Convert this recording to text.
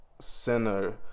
center